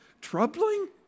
Troubling